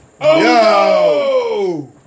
Yo